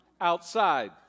outside